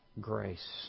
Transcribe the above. grace